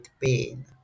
pain